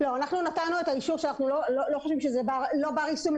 נתנו את האישור שאנחנו לא חושבים שזה לא בר יישום,